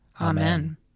Amen